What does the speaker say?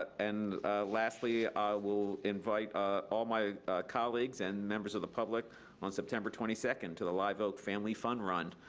and lastly, i will invite ah all my colleagues and members of the public on september twenty second to the live oak family fun run.